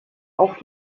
auch